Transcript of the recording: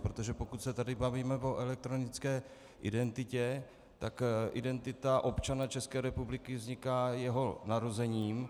Protože pokud se tady bavíme o elektronické identitě, tak identita občana České republiky vzniká jeho narozením.